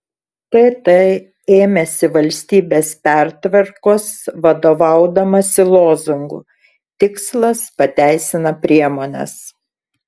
tt ėmėsi valstybės pertvarkos vadovaudamasi lozungu tikslas pateisina priemones